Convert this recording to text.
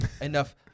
enough